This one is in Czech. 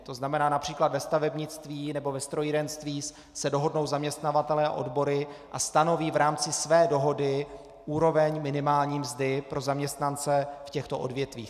To znamená, např. ve stavebnictví nebo ve strojírenství se dohodnou zaměstnavatelé a odbory a stanoví v rámci své dohody úroveň minimální mzdy pro zaměstnance v těchto odvětvích.